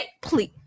Please